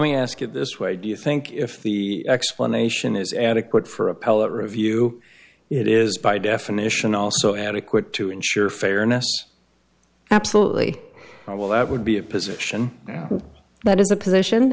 me ask you this why do you think if the explanation is adequate for appellate review it is by definition also adequate to ensure fairness absolutely i will that would be a position that is a position